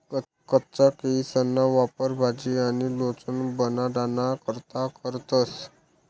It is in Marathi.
कच्चा केयीसना वापर भाजी आणि लोणचं बनाडाना करता करतंस